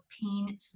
pain